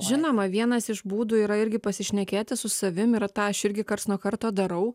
žinoma vienas iš būdų yra irgi pasišnekėti su savim ir tą aš irgi karts nuo karto darau